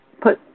put